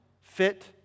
fit